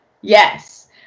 yes